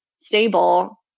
stable